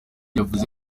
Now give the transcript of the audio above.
yavuze